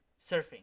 Surfing